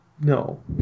No